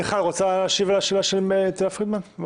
מיכל, את הרוצה להשיב לשאלה של תהלה פרידמן?